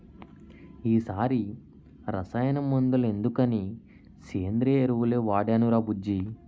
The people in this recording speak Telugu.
ఈ సారి రసాయన మందులెందుకని సేంద్రియ ఎరువులే వాడేనురా బుజ్జీ